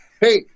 Hey